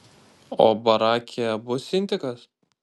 o barake bus intikas